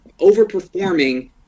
overperforming